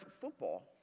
football